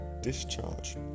discharge